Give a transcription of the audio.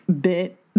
bit